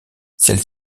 celui